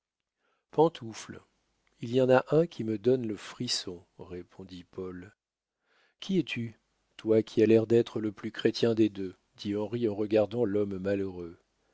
pantoufle il y en a un qui me donne le frisson répondit paul qui es-tu toi qui as l'air d'être le plus chrétien des deux dit henri en regardant l'homme malheureux